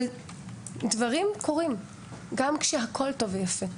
אבל דברים קורים גם כשהכול טוב ויפה.